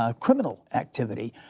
ah criminal activity.